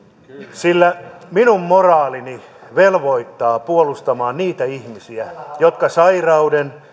sillä minun moraalini velvoittaa puolustamaan niitä ihmisiä jotka sairauden